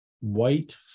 white